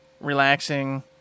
relaxing